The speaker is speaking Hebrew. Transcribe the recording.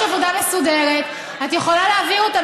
יש עבודה מסודרת, את יכולה להביא אותה.